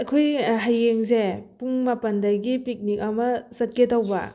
ꯑꯩꯈꯣꯏ ꯍꯌꯦꯡꯁꯦ ꯄꯨꯡ ꯃꯥꯄꯟꯗꯒꯤ ꯄꯤꯛꯅꯤꯛ ꯑꯃ ꯆꯠꯀꯦ ꯇꯧꯕ